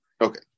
Okay